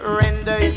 render